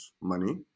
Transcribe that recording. money